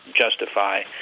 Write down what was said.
justify